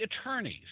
attorneys